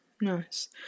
nice